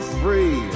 free